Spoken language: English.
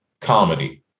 comedy